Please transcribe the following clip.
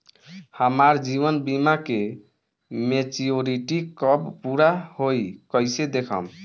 हमार जीवन बीमा के मेचीयोरिटी कब पूरा होई कईसे देखम्?